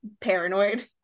paranoid